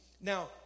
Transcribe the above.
Now